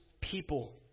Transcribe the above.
people